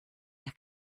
las